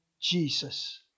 Jesus